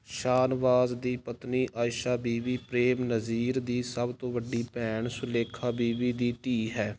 ਸ਼ਾਨਵਾਜ਼ ਦੀ ਪਤਨੀ ਆਇਸ਼ਾ ਬੀਵੀ ਪ੍ਰੇਮ ਨਜ਼ੀਰ ਦੀ ਸਭ ਤੋਂ ਵੱਡੀ ਭੈਣ ਸੁਲੇਖਾ ਬੀਵੀ ਦੀ ਧੀ ਹੈ